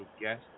guest